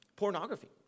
pornography